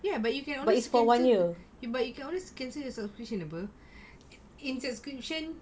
yes but you can always cancel but you can always cancel your subscription apa in subscription